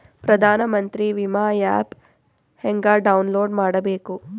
ಪ್ರಧಾನಮಂತ್ರಿ ವಿಮಾ ಆ್ಯಪ್ ಹೆಂಗ ಡೌನ್ಲೋಡ್ ಮಾಡಬೇಕು?